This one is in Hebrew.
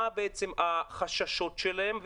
מה החששות שלהם?